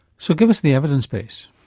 so give us the evidence base?